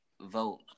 Vote